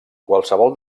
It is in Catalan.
qualsevol